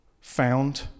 Found